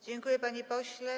Dziękuję, panie pośle.